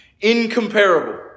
Incomparable